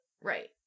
Right